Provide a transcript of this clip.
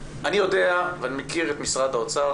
אני יודע ומכיר את משרד האוצר.